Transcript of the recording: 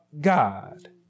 God